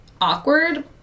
awkward